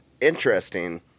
interesting